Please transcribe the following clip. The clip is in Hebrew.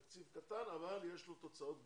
תקציב קטן, אבל יש לו תוצאות גדולות.